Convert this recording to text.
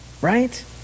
Right